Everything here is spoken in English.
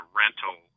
rental